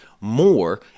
more